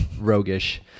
roguish